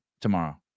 tomorrow